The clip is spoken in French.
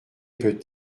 peut